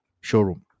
showroom